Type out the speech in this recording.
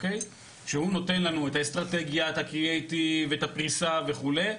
שהוא נותן לנו את האסטרטגיה, את הפריסה, וכו'.